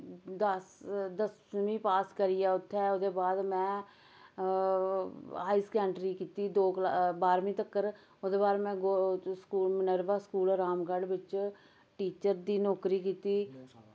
दस दसमीं पास करियैं उत्थें ओह्दे बाद में हाई सकैंडरी कीती दो कल बाह्रमी तक्कर ओह्दे बाद में गो स्कूल नरवा स्कूल रामगढ़ बिच्च टीचर दी नौकरी कीती